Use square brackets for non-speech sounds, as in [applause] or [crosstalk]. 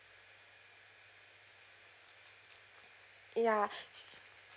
ya [breath]